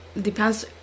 Depends